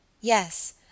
Yes